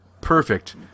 Perfect